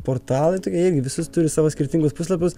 portalai tokie irgi visus turi savo skirtingus puslapius